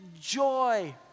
joy